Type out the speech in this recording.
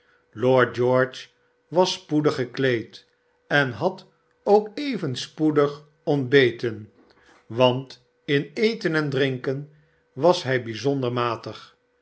lord george was spoedig gekleed en had k even spoedigontbeten want in eten en drinken was hij bijzonder matig